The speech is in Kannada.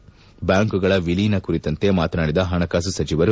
ಬ್ಡಾಂಕ್ಗಳ ಎಲೀನ ಕುರಿತಂತೆ ಮಾತನಾಡಿದ ಪಣಕಾಸು ಸಚವರು